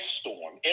storm